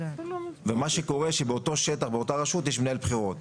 ומה שקורה שבאותו שטח באותה רשות יש מנהל בחירות,